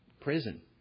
Prison